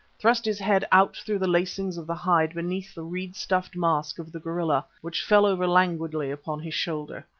thrust his head out through the lacings of the hide beneath the reed-stuffed mask of the gorilla, which fell over languidly upon his shoulder.